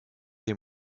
des